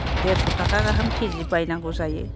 देरस' थाखा गाहाम केजि बायनांगौ जायो